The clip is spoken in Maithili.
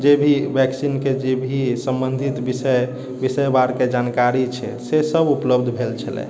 जे भी वेक्सिनके जे भी सम्बन्धित विषय विषयवारके जानकारी छै से सभ उपलब्ध भेल छलै